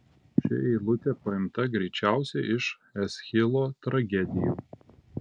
ši eilutė paimta greičiausiai iš eschilo tragedijų